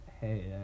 Hey